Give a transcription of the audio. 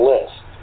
List